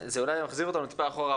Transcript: זה אולי מחזיר אותנו טיפה אחורה,